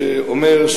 שאומר,